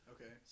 Okay